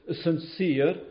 sincere